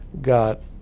got